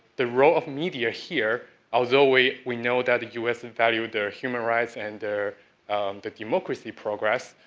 the role of media, here, although we we know that the u s. and values their human rights and their but democracy progress,